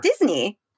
Disney